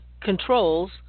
controls